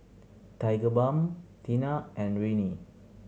Tigerbalm Tena and Rene